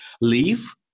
leave